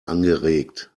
angeregt